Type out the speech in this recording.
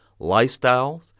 lifestyles